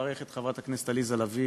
לברך את חברת הכנסת עליזה לביא